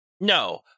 No